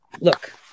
look